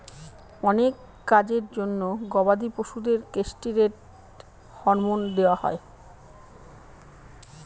অনেক কাজের জন্য গবাদি পশুদের কেষ্টিরৈড হরমোন দেওয়া হয়